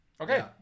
Okay